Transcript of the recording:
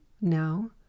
Now